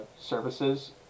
services